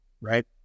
right